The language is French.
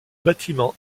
bâtiment